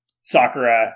Sakura